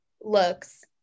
looks